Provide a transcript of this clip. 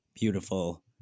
beautiful